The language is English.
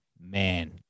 man